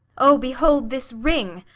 o, behold this ring,